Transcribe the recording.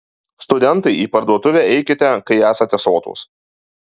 studentai į parduotuvę eikite kai esate sotūs